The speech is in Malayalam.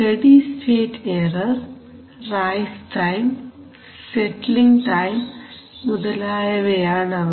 study state error rise time settling time മുതലായവയാണ് അവ